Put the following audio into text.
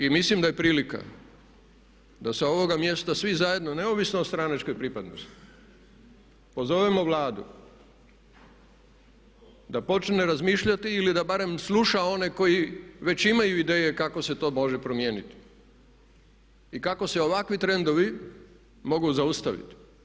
I mislim da je prilika da sa ovoga mjesta svi zajedno neovisno o stranačkoj pripadnosti pozovemo Vladu da počne razmišljati ili da barem sluša one koji već imaju ideje kako se to može promijeniti i kako se ovakvi trendovi mogu zaustaviti.